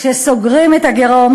כשסוגרים את הגירעון,